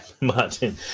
Martin